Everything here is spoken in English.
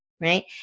right